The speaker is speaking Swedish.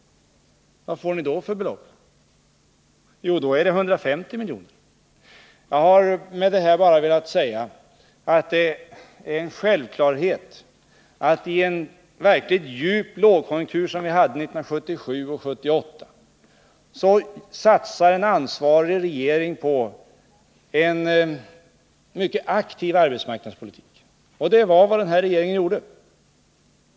Vad får ni då för belopp? Jo, då rör det sig om 150 milj.kr. Med detta har jag bara velat säga att det är en självklarhet att en ansvarig regering i en verkligt djup lågkonjunktur, som den vi hade 1977 och 1978, satsar på en mycket aktiv arbetsmarknadspolitik. Det var också vad den här regeringen gjorde.